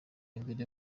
imbere